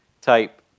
type